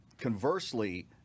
conversely